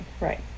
Right